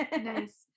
nice